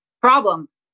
problems